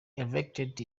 elected